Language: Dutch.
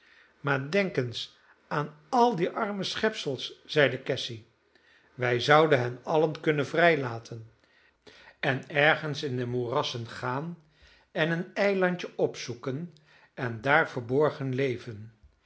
maar denk eens aan al die arme schepsels zeide cassy wij zouden hen allen kunnen vrijlaten en ergens in de moerassen gaan en een eilandje opzoeken en daar verborgen leven